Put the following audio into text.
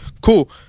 Cool